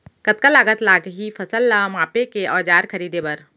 कतका लागत लागही फसल ला मापे के औज़ार खरीदे बर?